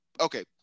okay